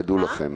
תדעו לכם.